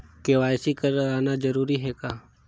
KYC कराना जरूरी है का?